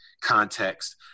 context